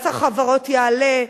מס החברות יעלה,